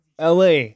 LA